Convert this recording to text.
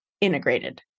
integrated